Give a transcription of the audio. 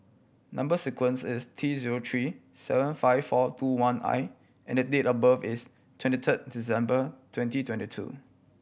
number sequence is T zero three seven five four two one I and date of birth is twenty third December twenty twenty two